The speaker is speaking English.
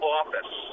office